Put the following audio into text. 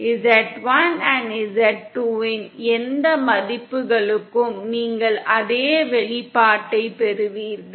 Z1 z2 இன் எந்த மதிப்புகளுக்கும் நீங்கள் அதே வெளிப்பாட்டைப் பெறுவீர்கள்